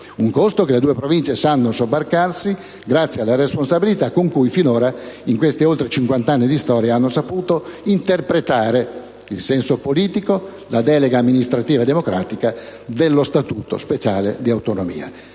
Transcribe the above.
un costo che le due Province sanno sobbarcarsi grazie alla responsabilità con cui finora in questi oltre cinquant'anni di storia hanno saputo interpretare in senso politico la delega amministrativa e democratica dello statuto speciale di autonomia.